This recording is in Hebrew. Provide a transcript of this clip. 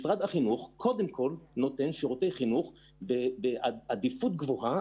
משרד החינוך נותן שירותי חינוך בעדיפות גבוהה